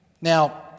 Now